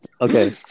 okay